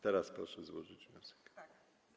Teraz proszę złożyć wniosek.